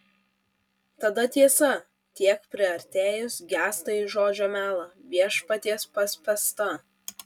tada tiesa tiek priartėjus gęsta į žodžio melą viešpaties paspęstą